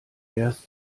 erst